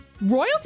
Royalty